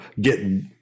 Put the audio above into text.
get